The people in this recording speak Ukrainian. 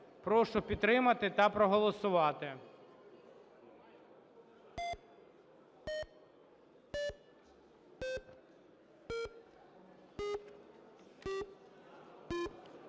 Прошу підтримати та проголосувати.